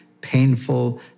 painful